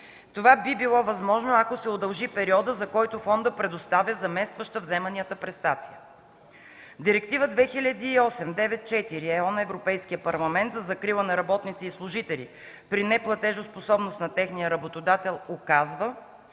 Това би било възможно, ако се удължи периода, за който фондът предоставя заместваща вземанията престация. Директива 2008/94/ЕО на Европейския парламент за закрила на работниците и служителите при неплатежоспособност на техния работодател указва,